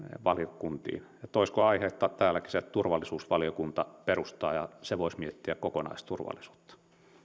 valiokuntiin että olisiko aihetta täälläkin se turvallisuusvaliokunta perustaa ja se voisi miettiä kokonaisturvallisuutta